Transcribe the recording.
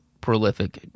prolific